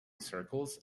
circles